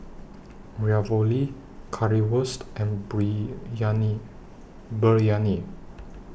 Ravioli Currywurst and Biryani